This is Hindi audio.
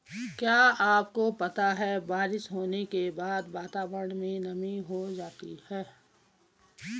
क्या आपको पता है बारिश होने के बाद वातावरण में नमी हो जाती है?